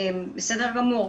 בסדר גמור,